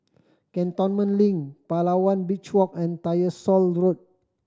Cantonment Link Palawan Beach Walk and Tyersall Road